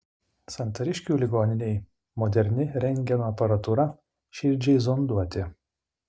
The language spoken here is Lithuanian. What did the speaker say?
santariškių ligoninei moderni rentgeno aparatūra širdžiai zonduoti